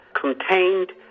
contained